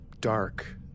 dark